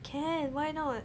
can why not